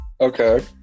Okay